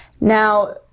Now